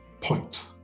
point